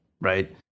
right